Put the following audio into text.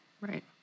Right